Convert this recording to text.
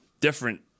different